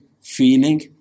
feeling